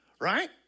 Right